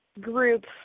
group